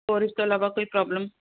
ਔਰ ਇਸ ਤੋਂ ਇਲਾਵਾ ਕੋਈ ਪ੍ਰੋਬਲਮ